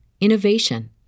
innovation